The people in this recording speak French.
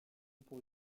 pour